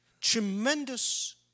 tremendous